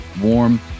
warm